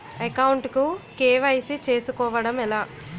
Account కు KYC చేసుకోవడం ఎలా?